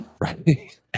right